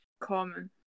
common